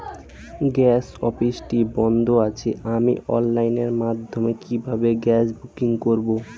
Gas অফিসটি বন্ধ আছে আমি অনলাইনের মাধ্যমে কিভাবে গ্যাস বুকিং করব?